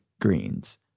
Greens